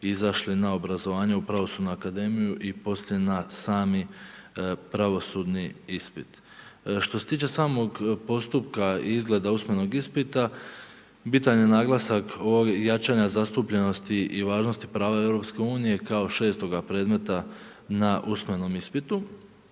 izašli na obrazovanje u pravosudnu akademiju i poslije na sami pravosudni ispit. Što se tiče samog postupka i izgleda usmenog ispita, bitan je naglasak jačanja zastupljenosti i važnosti prava EU kao šestoga predmeta na usmenom ispitu,